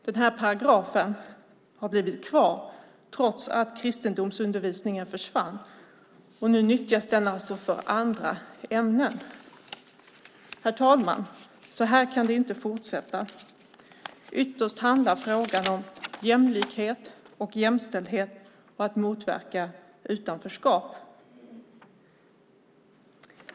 Den här paragrafen har blivit kvar trots att kristendomsundervisningen försvann. Nu nyttjas den alltså för andra ämnen. Herr talman! Så här kan det inte fortsätta. Ytterst handlar frågan om jämlikhet och jämställdhet och om att motverka utanförskap.